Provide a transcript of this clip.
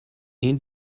این